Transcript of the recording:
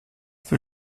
für